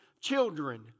children